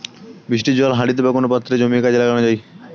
বৃষ্টির জল হাঁড়িতে বা কোন পাত্রে জমিয়ে কাজে লাগানো